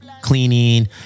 cleaning